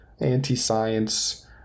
anti-science